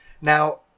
Now